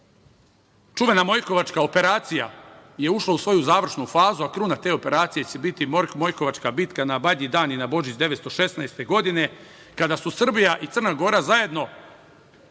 čuvena Mojkovačka operacija je ušla u svoju završnu fazu, a kruna te operacije će biti Mojkovačka bitka na Badnji dan i na Božić 1916. godine kada su Srbija i Crna Gora zajedno